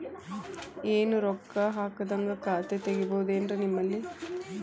ಏನು ರೊಕ್ಕ ಹಾಕದ್ಹಂಗ ಖಾತೆ ತೆಗೇಬಹುದೇನ್ರಿ ನಿಮ್ಮಲ್ಲಿ?